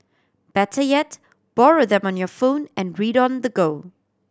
better yet borrow them on your phone and read on the go